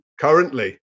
currently